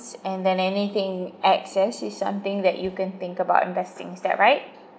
and then anything excess is something that you can think about investing is that right